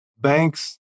banks